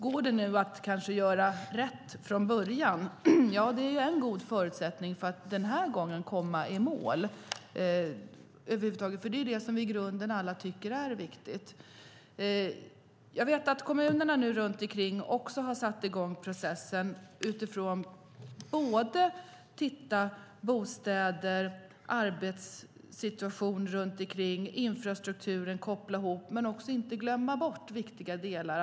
Går det nu att kanske att göra rätt från början? Det är en god förutsättning för att den här gången komma i mål över huvud taget. Det är vad vi i grunden alla tycker är viktigt. Jag vet att kommunerna runt omkring också har satt i gång processen utifrån att titta på bostäder, arbetssituationen och infrastrukturen och koppla ihop det. Det handlar också om att inte glömma bort viktiga delar.